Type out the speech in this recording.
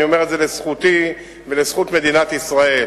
אומר את זה לזכותי ולזכות מדינת ישראל: